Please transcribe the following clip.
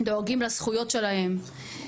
דואגים לזכויות שלהם,